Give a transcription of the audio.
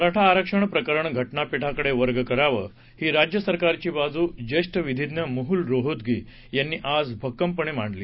मराठा आरक्षण प्रकरण घटना पिठाकडे वर्ग करावं ही राज्य सरकारची बाजू ज्येष्ठ विधिज्ञ मुकूल रोहोतगी यांनी आज भक्कमपणे मांडली